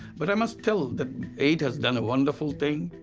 but i must tell that aid has done a wonderful thing,